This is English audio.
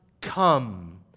come